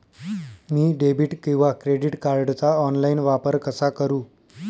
मी debit किंवा credit कार्डचा online वापर कसा करु?